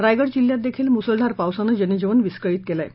रायगड जिल्ह्यात ही मुसळधार पावसानं जनजीवन विस्कळीत झालं आहे